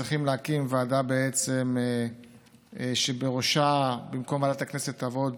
צריכים להקים ועדה שבראשה במקום ועדת הכנסת תעמוד